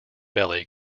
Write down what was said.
belly